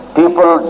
people